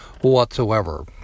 whatsoever